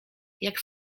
jak